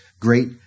great